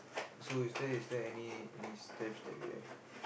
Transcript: so is there is there any any steps that you have